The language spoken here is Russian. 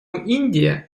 индия